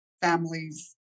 families